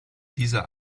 dieser